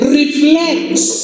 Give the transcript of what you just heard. reflects